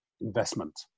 investment